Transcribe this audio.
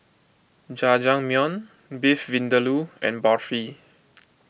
Jajangmyeon Beef Vindaloo and Barfi